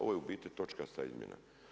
Ovo je u biti točkasta izmjena.